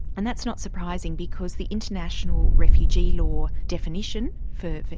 and that's not surprising, because the international refugee law definition for,